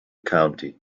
county